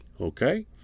Okay